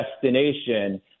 destination